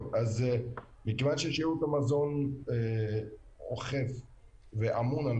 מכיוון ששירות המזון אוכף ואמון על